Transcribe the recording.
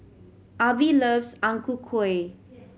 Avie loves Ang Ku Kueh